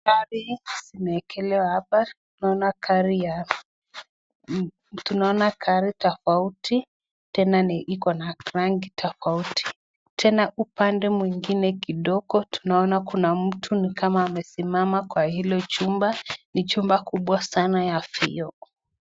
Gari imewekelewa hapa tunaona gari tofauti tena hiko na rangi tofauti tena upande mwingine kidogo tunaona Kuna mtu amesimama kwa Hilo chumba ni chumba kubwa sana ya vioo.